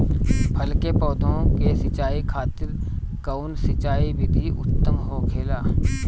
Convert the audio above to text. फल के पौधो के सिंचाई खातिर कउन सिंचाई विधि उत्तम होखेला?